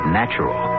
natural